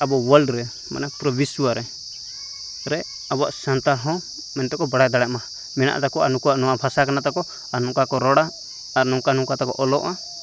ᱟᱵᱚ ᱚᱣᱟᱞᱰ ᱨᱮ ᱢᱟᱱᱮ ᱯᱩᱨᱟᱹ ᱵᱤᱥᱣᱚ ᱨᱮ ᱟᱵᱚᱣᱟᱜ ᱥᱟᱱᱛᱟᱲ ᱨᱚᱲ ᱢᱮᱱᱛᱮᱠᱚ ᱵᱟᱲᱟᱭ ᱫᱟᱲᱮᱭᱟᱜ ᱢᱟ ᱢᱮᱱᱟᱜ ᱛᱟᱠᱚᱣᱟ ᱱᱩᱠᱩᱣᱟᱜ ᱱᱚᱣᱟ ᱵᱷᱟᱥᱟ ᱠᱟᱱᱟ ᱛᱟᱠᱚ ᱟᱨ ᱱᱚᱝᱠᱟ ᱠᱚ ᱨᱟᱲᱟ ᱟᱨ ᱱᱚᱝᱠᱟ ᱱᱚᱝᱠᱟ ᱛᱮᱠᱚ ᱚᱞᱚᱜᱼᱟ